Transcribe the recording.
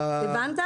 כן.